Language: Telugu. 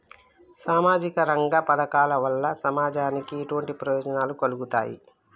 సామాజిక రంగ పథకాల వల్ల సమాజానికి ఎటువంటి ప్రయోజనాలు కలుగుతాయి?